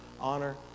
Honor